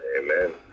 Amen